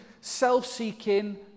self-seeking